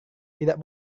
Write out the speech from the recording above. tidak